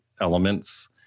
elements